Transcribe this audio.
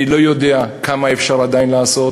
אני לא יודע כמה אפשר עדיין לעשות